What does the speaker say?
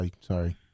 sorry